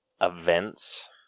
events